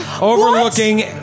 Overlooking